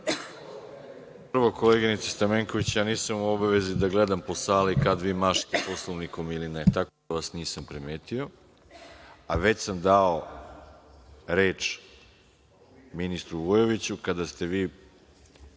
Prvo, koleginice Stamenković, nisam u obavezi da gledam po sali kada vi mašete Poslovnikom ili ne, tako da vas nisam primetio, a već sam dao reč ministru Vujoviću kada ste se